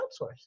outsource